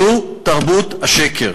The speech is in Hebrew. זו תרבות השקר.